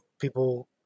people